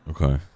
Okay